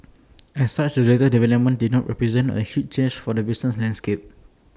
as such the latest development did not represent A huge change for the business landscape